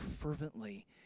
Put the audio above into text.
fervently